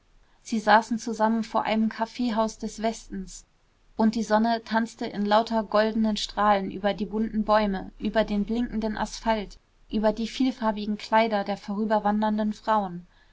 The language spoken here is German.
sie saßen zusammen vor einem kaffeehaus des westens und die sonne tanzte in lauter goldenen strahlen über die bunten bäume über den blinkenden asphalt über die vielfarbigen kleider der vorüberwandernden frauen